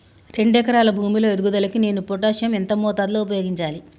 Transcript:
రెండు ఎకరాల భూమి లో ఎదుగుదలకి నేను పొటాషియం ఎంత మోతాదు లో ఉపయోగించాలి?